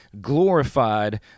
glorified